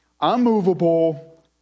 unmovable